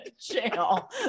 jail